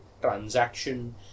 transaction